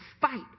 fight